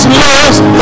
lost